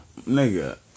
Nigga